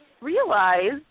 realize